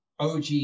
OG